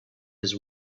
his